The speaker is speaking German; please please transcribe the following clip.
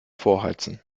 vorheizen